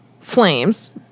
flames